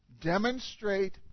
demonstrate